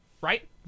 right